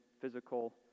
physical